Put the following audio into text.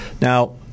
Now